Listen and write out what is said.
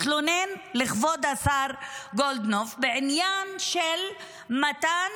השר סמוטריץ' התלונן לכבוד השר גולדקנופ בעניין של מתן